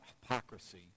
hypocrisy